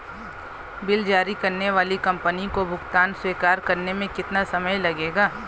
Bill जारी करने वाली कंपनी को भुगतान स्वीकार करने में कितना समय लगेगा?